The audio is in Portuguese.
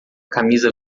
camisa